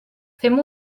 fem